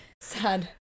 sad